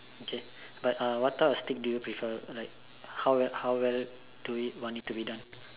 okay but what type of steak do you prefer like how well how well do you want it to be done